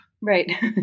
Right